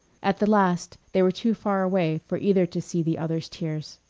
at the last they were too far away for either to see the other's tears.